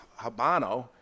Habano